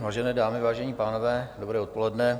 Vážené dámy, vážení pánové, dobré odpoledne.